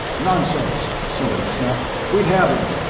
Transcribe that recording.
nonsense, somebody snapped. we'd have him.